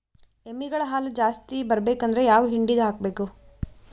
ಎಮ್ಮಿ ಗಳ ಹಾಲು ಜಾಸ್ತಿ ಬರಬೇಕಂದ್ರ ಯಾವ ಹಿಂಡಿ ಹಾಕಬೇಕು?